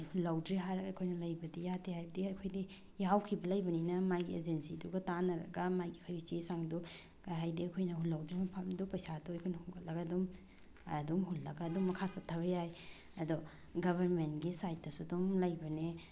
ꯍꯨꯜꯍꯧꯗ꯭ꯔꯦ ꯍꯥꯏꯔ ꯑꯩꯈꯣꯏꯅ ꯂꯩꯕꯗꯤ ꯌꯥꯗꯦ ꯍꯥꯏꯕꯗꯤ ꯑꯩꯈꯣꯏꯗꯤ ꯌꯥꯎꯈꯤꯕ ꯂꯩꯕꯅꯤꯅ ꯃꯥꯒꯤ ꯑꯦꯖꯦꯟꯁꯤꯗꯨꯒ ꯇꯥꯅꯔꯒ ꯃꯥꯒꯤ ꯑꯩꯈꯣꯏꯒꯤ ꯆꯦ ꯆꯥꯡꯗꯨ ꯍꯥꯏꯗꯤ ꯑꯩꯈꯣꯏꯅ ꯍꯨꯜꯍꯧꯗ꯭ꯔꯤ ꯃꯐꯝꯗꯨ ꯄꯩꯁꯥ ꯇꯣꯏꯕꯅ ꯍꯨꯟꯒꯠꯂꯒ ꯑꯗꯨꯝ ꯑꯗꯨꯝ ꯍꯨꯜꯂꯒ ꯑꯗꯨꯝ ꯃꯈꯥ ꯆꯠꯊꯕ ꯌꯥꯏ ꯑꯗꯣ ꯒꯕꯔꯃꯦꯟꯒꯤ ꯁꯥꯏꯠꯇꯁꯨ ꯑꯗꯨꯝ ꯂꯩꯕꯅꯦ